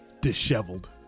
disheveled